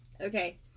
okay